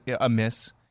amiss